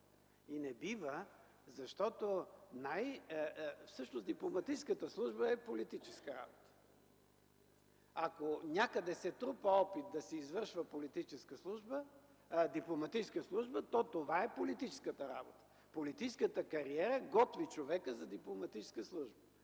и не бива, защото всъщност дипломатическата служба е политическа работа. Ако някъде се трупа опит да се извършва дипломатическа служба, то това е политическата работа. Политическата кариера готви човека за дипломатическа служба.